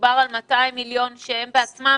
דובר על 200 מיליון שקלים שגם הם לא